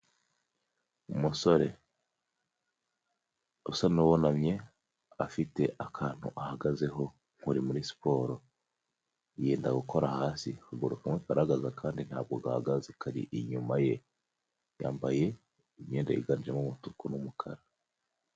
Umusore usa n'uwunamye, afite akantu ahagazeho nk'uri muri siporo, yenda gukora hasi, ukuguru kumwe karahagaze, akandi ntabwo gahagaze kari inyuma ye, yambaye imyenda yiganjemo umutuku n'umukara.